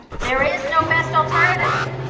there is no best alternative.